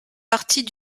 partie